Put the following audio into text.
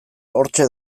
hortxe